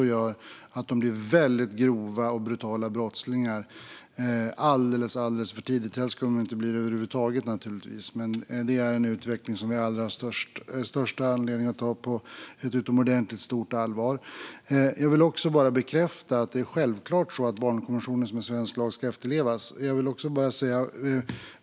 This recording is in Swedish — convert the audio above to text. Det gör också att de blir väldigt grova och brutala brottslingar alldeles för tidigt. Helst ska de inte bli det över huvud taget, naturligtvis, men det är en utveckling som vi har allra största anledning att ta på utomordentligt stort allvar. Jag vill också bekräfta att det självklart är så att barnkonventionen, som är svensk lag, ska efterlevas.